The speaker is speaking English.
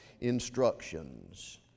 instructions